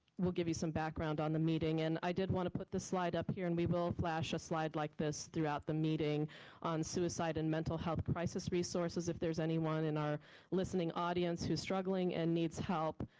we'll give you some background on the meeting and i did want to put the slide up here and we will flash a slide like this throughout the meeting on suicide and mental health crisis resources, if there's anyone in our listening audience who's struggling and needs help,